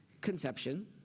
conception